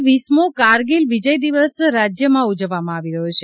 આજે વીસમો કારગીલ વિજય દિવસ રાજ્યમાં ઉજવવામાં આવી રહ્યો છે